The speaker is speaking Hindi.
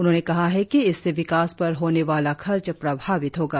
उन्होंने कहा है कि इससे विकास पर होने वाला खर्च प्रभावित होगा